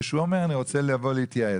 כשאומר אני רוצה לבוא להתייעץ,